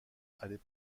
allait